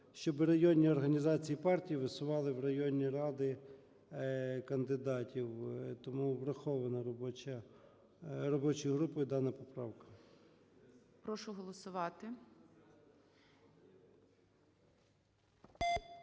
щоби районні організації партій висували в районні ради кандидатів. Тому врахована робочою групою дана поправка.